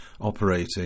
operating